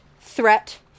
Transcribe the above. threat